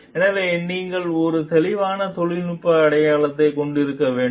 எனவே நீங்கள் ஒரு தெளிவான தொழில்நுட்ப அடித்தளத்தைக் கொண்டிருக்க வேண்டும்